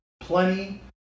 plenty